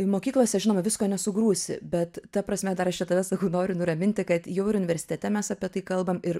mokyklose žinoma visko nesugrūsi bet ta prasme dar aš čia tave sakau noriu nuraminti kad jau ir universitete mes apie tai kalbam ir